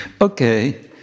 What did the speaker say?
Okay